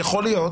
יכול להיות